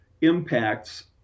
impacts